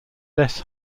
less